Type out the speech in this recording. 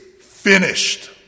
finished